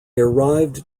arrived